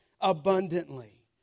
abundantly